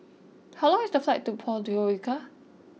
how long is the flight to Podgorica